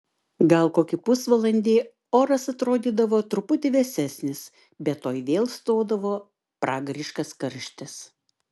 gal kokį pusvalandį oras atrodydavo truputį vėsesnis bet tuoj vėl stodavo pragariškas karštis